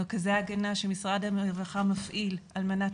מרכזי ההגנה שמשרד הרווחה מפעיל על מנת